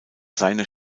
seiner